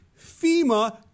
FEMA